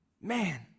Man